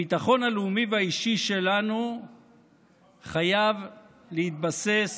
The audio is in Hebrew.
הביטחון הלאומי והאישי שלנו חייב להתבסס